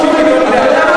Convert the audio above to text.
אתה יודע מה,